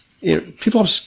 people